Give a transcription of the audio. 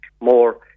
more